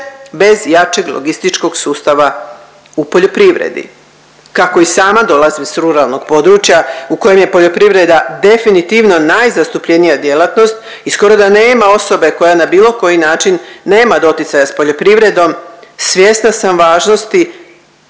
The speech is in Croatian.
bez jačeg logističkog sustava u poljoprivredi. Kako i sama dolazim s ruralnog područja u kojem je poljoprivreda definitivno najzastupljenija djelatnost i skoro da nema osobe koja na bilo koji način nema doticaja s poljoprivrednom svjesna sam važnosti